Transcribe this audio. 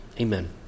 Amen